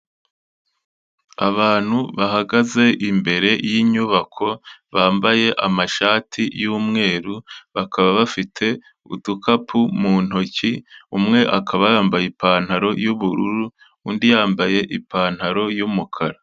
Abantu bahagaze imbere y'inyubako bambaye amashati y'umweru, bakaba bafite udukapu mu ntoki, umwe akaba yambaye ipantaro y'ubururu undi yambaye ipantaro y'umukara.